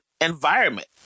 environment